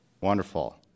Wonderful